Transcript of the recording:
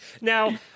Now